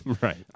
Right